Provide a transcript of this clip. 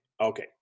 okay